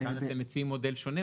אז כאן אתם מציעים מודל שונה?